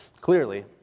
clearly